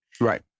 Right